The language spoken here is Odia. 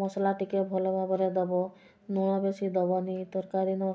ମସଲା ଟିକେ ଭଲ ଭାବରେ ଦେବ ଲୁଣ ବେଶୀ ଦେବନି ତରକାରୀନ